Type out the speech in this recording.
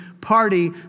party